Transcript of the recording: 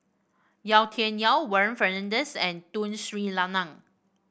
Yau Tian Yau Warren Fernandez and Tun Sri Lanang